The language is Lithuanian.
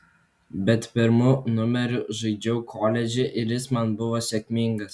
bet pirmu numeriu žaidžiau koledže ir jis man buvo sėkmingas